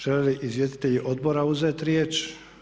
Žele li izvjestitelji Odbora uzeti riječ?